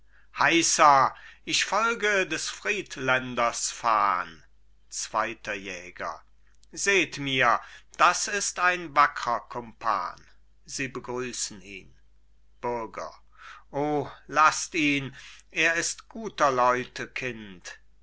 heisa ich folge des friedländers fahn zweiter jäger seht mir das ist ein wackrer kumpan sie begrüßen ihn bürger o laßt ihn er ist guter leute kind